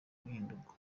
guhindurwa